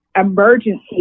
emergency